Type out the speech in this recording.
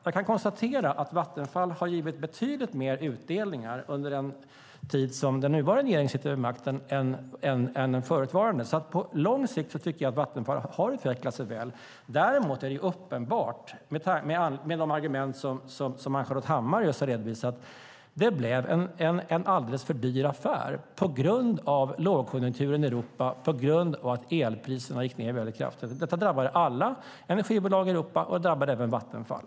Jag kan konstatera att Vattenfall har givit betydligt mer utdelningar under den tid som den nuvarande regeringen suttit vid makten än med den förutvarande. Långsiktigt tycker jag att Vattenfall har utvecklat sig väl. Däremot är det uppenbart, som Ann-Charlotte Hammar Johnsson just har sagt, att det blev en alldeles för dyr affär på grund av lågkonjunkturen i Europa och på grund av att elpriserna sjönk väldigt kraftigt. Detta drabbade alla energibolag i Europa, även Vattenfall.